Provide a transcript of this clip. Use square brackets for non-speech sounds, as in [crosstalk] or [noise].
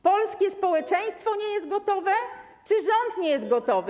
Polskie społeczeństwo nie jest gotowe [noise] czy rząd nie jest gotowy?